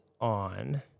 on